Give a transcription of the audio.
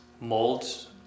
molds